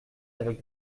avec